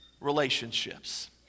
relationships